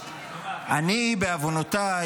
בעוונותיי,